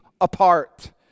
apart